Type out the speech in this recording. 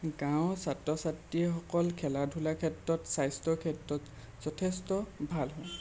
গাঁৱৰ ছাত্ৰ ছাত্ৰীসকল খেলা ধূলাৰ ক্ষেত্ৰত স্বাস্থ্যৰ ক্ষেত্ৰত যথেষ্ট ভাল